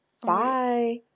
Bye